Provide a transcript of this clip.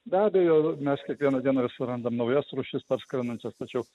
be abejo mes kiekvieną dieną vis surandam naujas rūšis parskrendančias tačiau